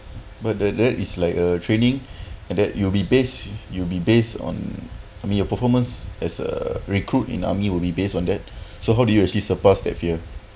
but the that is like a training and that you will be based you'll be based on I mean your performance as a recruit in army will be based on that so how do you actually surpassed that fear